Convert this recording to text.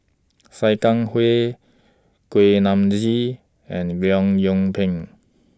Sia Kah Hui Kuak Nam Ji and Leong Yoon Pin